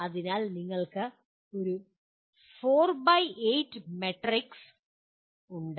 അതിനാൽ നിങ്ങൾക്ക് 4 by 8 matrix ഉണ്ട്